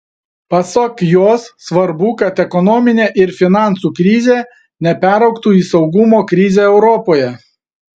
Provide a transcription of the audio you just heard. pasak jos svarbu kad ekonominė ir finansų krizė neperaugtų į saugumo krizę europoje